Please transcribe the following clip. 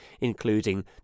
including